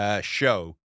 show